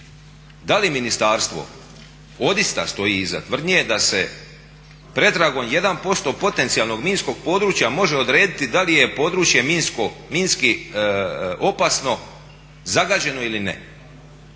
Da li ministarstvo odista stoji iza tvrdnje da se pretragom 1% potencijalnog minskog područja može odrediti da li je područje minski opasno, zagađeno ili ne.